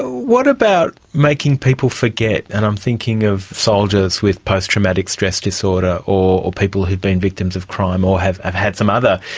what about making people forget, and i'm thinking of soldiers with post-traumatic stress disorder or people who have been victims of crime or have have had some other,